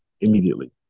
immediately